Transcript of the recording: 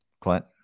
Clint